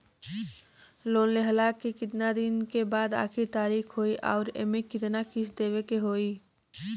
Loan लेहला के कितना दिन के बाद आखिर तारीख होई अउर एमे कितना किस्त देवे के होई?